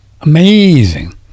amazing